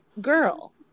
girl